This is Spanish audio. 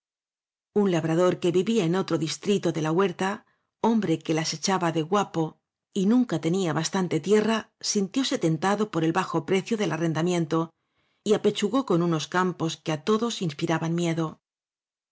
un labrador que vivía en otro distrito de la huerta hombre que las echaba de guapo y nunca tenía bastante tierra sintióse tentado por el bajo precio del arrendamiento y ape chugó con unos campos que á todos inspiraban miedo